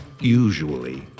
usually